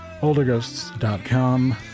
OlderGhosts.com